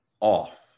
off